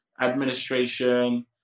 administration